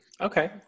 Okay